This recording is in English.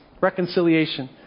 reconciliation